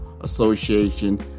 Association